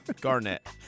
Garnett